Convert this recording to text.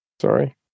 sorry